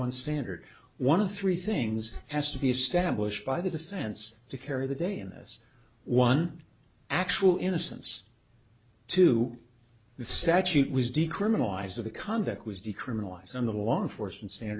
one standard one of three things has to be established by the defense to carry the day in this one actual innocence to the statute was decriminalised of the conduct was decriminalised on the law enforcement